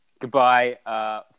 Goodbye